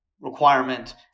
requirement